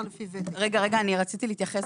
רגע, רגע, אני רציתי להתייחס